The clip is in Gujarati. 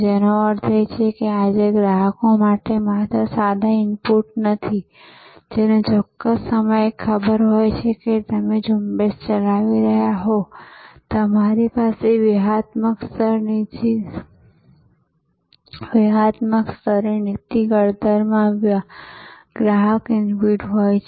તેથી તે ઘણા બધા નેટવર્કનું મોડેલ છે અને જે પ્રશ્ન આવે છે તે એ છે કે ઝોમેટો અને ફૂડ પાંડા જેવા આ પ્રકારના વ્યવસાયને હવે ભારે ભંડોળ પૂરું પાડવામાં આવ્યું છે જે ઝડપથી વિસ્તરી રહ્યું છે તેઓ ડબ્બાવાલાઓના આ વર્ષો જૂના વ્યવસાયને કેવી રીતે જોશે અથવા ડબ્બાવાળોએ તેમને કેવી રીતે જોવું જોઈએ